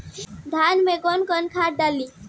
धान में कौन कौनखाद डाली?